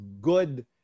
good